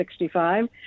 65